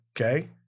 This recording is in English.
okay